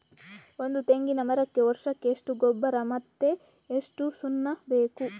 ಒಂದು ತೆಂಗಿನ ಮರಕ್ಕೆ ವರ್ಷಕ್ಕೆ ಎಷ್ಟು ಗೊಬ್ಬರ ಮತ್ತೆ ಎಷ್ಟು ಸುಣ್ಣ ಬೇಕು?